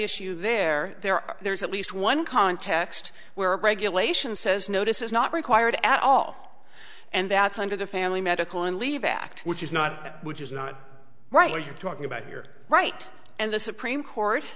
issue there there are there is at least one context where regulation says no this is not required at all and that's under the family medical leave act which is not that which is not right what you're talking about here right and the supreme court